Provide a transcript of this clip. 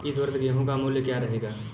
इस वर्ष गेहूँ का मूल्य क्या रहेगा?